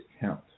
count